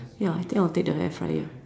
ya I think I'll take the air fryer